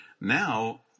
now